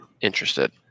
interested